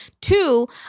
Two